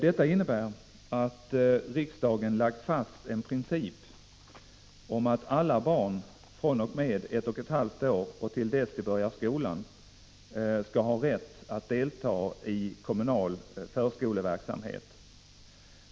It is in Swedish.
Detta innebär att riksdagen lagt fast en princip om att alla barn fr.o.m. ett och ett halvt års ålder till dess de börjar skolan skall få rätt att delta i kommunal förskoleverksamhet.